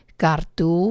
kartu